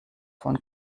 von